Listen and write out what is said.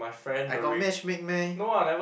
I got matchmake meh